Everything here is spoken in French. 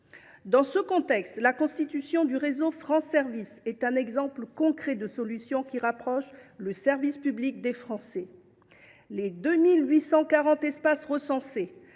Dans ce contexte, la constitution du réseau France Services offre un exemple concret de solution rapprochant le service public des Français. Les 2 840 espaces recensés